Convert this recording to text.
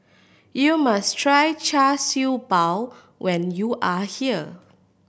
you must try Char Siew Bao when you are here